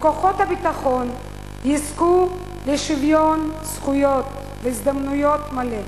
ובכוחות הביטחון יזכו לשוויון זכויות והזדמנויות מלא,